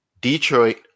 Detroit